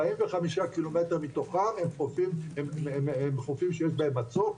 45 קילומטר מתוכם הם חופים שיש בהם מצוק,